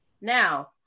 Now